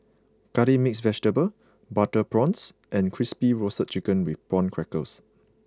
Curry Mixed Vegetable Butter Prawns and Crispy Roasted Chicken with prawn crackers